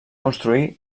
construir